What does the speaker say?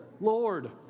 Lord